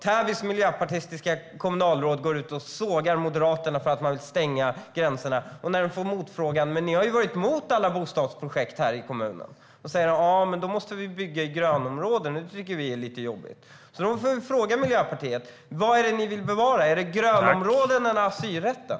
Täbys miljöpartistiska kommunalråd går ut och sågar Moderaterna för att man vill stänga gränserna, och när motfrågan ställs om att Miljöpartiet varit emot alla bostadsprojekt i kommunen blir svaret: Ja, men då måste vi bygga i grönområden, och det tycker vi är lite jobbigt. Vad är det ni vill bevara? Är det grönområdena eller asylrätten?